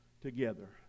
together